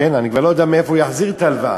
אני כבר לא יודע מאיפה הוא יחזיר את ההלוואה,